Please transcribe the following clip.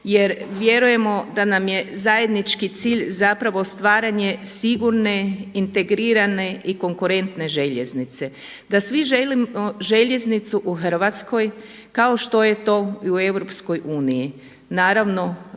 jer vjerujemo da nam je zajednički cilj zapravo stvaranje sigurne integrirane i konkurentne željeznici, da svi želimo željeznicu u Hrvatskoj kao što je to i u EU. Naravno